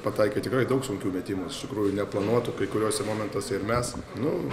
pataikė tikrai daug sunkių metimų iš tikrųjų neplanuotų kai kuriuose momentuose ir mes nu